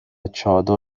چادر